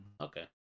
Okay